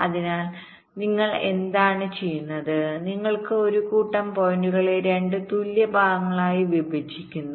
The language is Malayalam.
അതിനാൽ നിങ്ങൾ എന്താണ് ചെയ്യുന്നത് നിങ്ങൾ ഒരു കൂട്ടം പോയിന്റുകളെ 2 തുല്യ ഭാഗങ്ങളായി വിഭജിക്കുന്നു